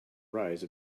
rise